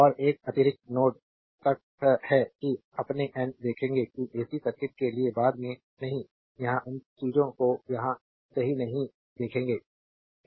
और एक अतिरिक्त नोड तटस्थ है कि अपने n देखेंगे कि एसी सर्किट के लिए बाद में नहीं यहां उन चीजों को यहां सही नहीं देखेंगे देखेंगे